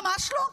ממש לא.